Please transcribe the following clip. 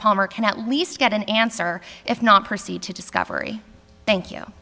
palmer can at least get an answer if not proceed to discovery